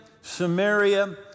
Samaria